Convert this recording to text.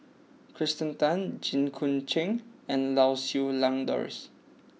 Kirsten Tan Jit Koon Ch'ng and Lau Siew Lang Doris